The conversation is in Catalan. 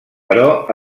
però